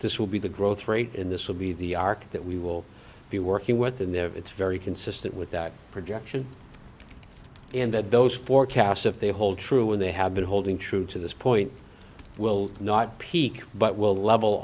this will be the growth rate in this will be the arc that we will be working with in there it's very consistent with that projection and that those forecasts if they hold true when they have been holding true to this point will not peak but will level